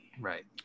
Right